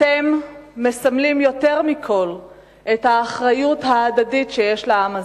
אתם מסמלים יותר מכול את האחריות ההדדית בעם הזה,